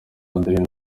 adrien